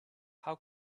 how